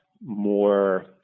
more